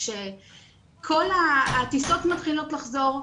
כשכל הטיסות מתחילות לחזור,